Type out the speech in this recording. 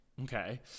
okay